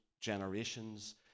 generations